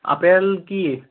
apple কি